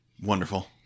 Wonderful